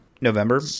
November